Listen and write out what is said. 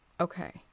Okay